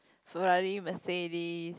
Ferrari Mercedes